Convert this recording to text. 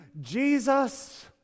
Jesus